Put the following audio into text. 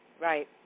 Right